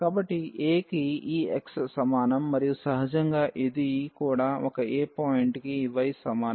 కాబట్టి a కి ఈ x సమానం మరియు సహజంగా ఇది కూడా ఒక a పాయింట్కి y సమానం